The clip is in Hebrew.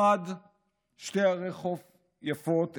1. שתי ערי חוף יפות,